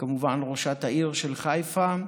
וכמובן ראשת העיר של חיפה.